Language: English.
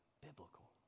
biblical